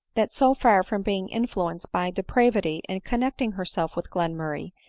that so far from being influenced by depravity in connecting herself with glenmurray,